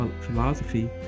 philosophy